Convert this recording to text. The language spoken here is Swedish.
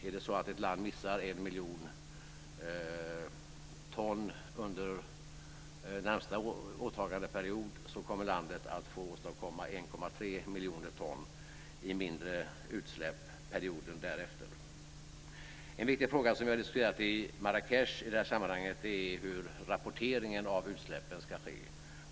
Är det så att ett land missar 1 miljon ton under närmaste åtagandeperiod kommer landet att få åstadkomma 1,3 miljoner ton i mindre utsläpp perioden därefter. En viktig fråga i detta sammanhang som vi har diskuterat i Marrakech är hur rapporteringen av utsläppen ska ske.